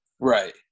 Right